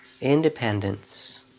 independence